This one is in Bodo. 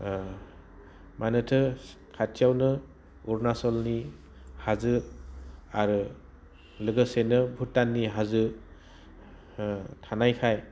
मानोना खाथियावनो अरुणाचलनि हाजो आरो लोगोसेनो भुटाननि हाजो थानायखाय